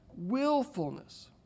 willfulness